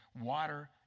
water